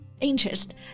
Interest